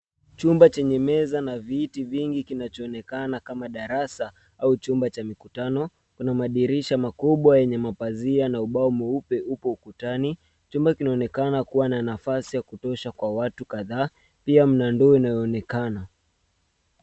Chumba chenye meza na viti vingi kinachoonekana kama darasa au chumba cha mkutano. Kuna madirisha makubwa yenye mapazia na ubao mweupe upo ukutani. Chumba kinaonekana kuwa na nafasi ya kutosha kwa watu kadha. Pia mna ndoo inayoonekana.